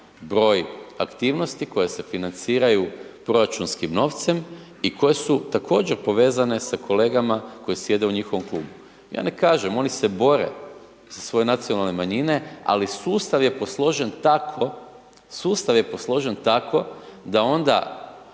broj aktivnosti koje se financiraju proračunskim novcem i koje su također povezane sa kolegama koji sjede u njihovom klubu. Ja ne kažem, oni se bore za svoje nacionalne manjine, ali sustav je posložen tako da onda